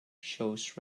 shows